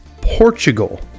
Portugal